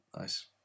nice